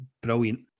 brilliant